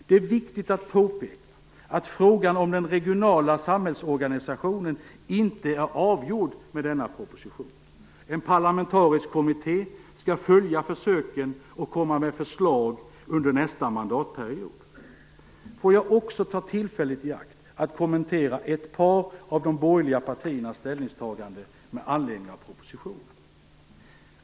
Det är viktigt att påpeka att frågan om den regionala samhällsorganisationen inte är avgjord med denna proposition. En parlamentarisk kommitté skall följa försöken och komma med förslag under nästa mandatperiod. Jag vill också ta tillfället i akt och kommentera ett par av de borgerliga partiernas ställningstaganden med anledning av propositionen.